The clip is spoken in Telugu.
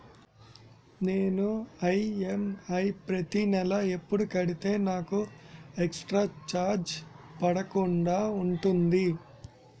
నేను ఈ.ఎమ్.ఐ ప్రతి నెల ఎపుడు కడితే నాకు ఎక్స్ స్త్ర చార్జెస్ పడకుండా ఉంటుంది?